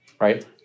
right